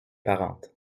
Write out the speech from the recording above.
parentes